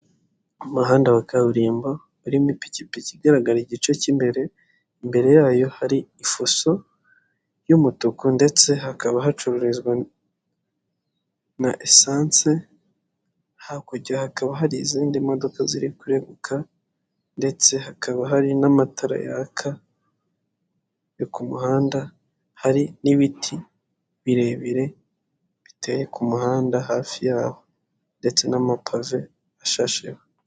Umuhanda wa kaburimbo urimo ipikipiki igaragara igice cy'imbere gusa. Imbere cyane ku ruhande, ni aho ibinyabiziga binyweshereza lisansi. Mu muhanda imbere, harimo imodoka ziri kurenga.